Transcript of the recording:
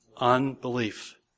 Unbelief